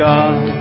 God